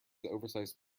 oversized